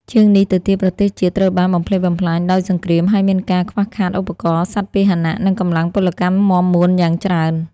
ជាងនេះទៅទៀត ប្រទេសជាតិត្រូវបានបំផ្លិចបំផ្លាញដោយសង្គ្រាម ហើយមានការ ខ្វះខាតឧបករណ៍ សត្វពាហនៈ និងកម្លាំងពលកម្មមាំមួនយ៉ាងច្រើន។